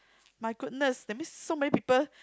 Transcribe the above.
my goodness that means so many people